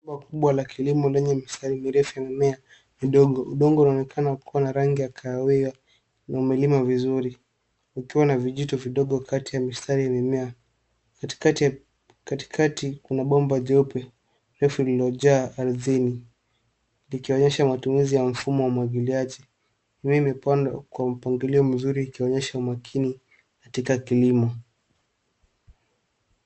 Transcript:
Shamba kubwa la kilimo yenye mistari mirefu ya mimea, midogo, udongo unaonekana kuwa na rangi ya kahawia, na umelimwa vizuri, ukiwa na vijito vidogo kati ya mistari ya mimea. Katikati, kuna bomba jeupe, refu, lililojaa ardhini, likionyesha matumizi wa mfumo wa umwangiliaji. Mimea imepandwa, kwa mpangilio mzuri, ikionyesha umakini, katika kilimo.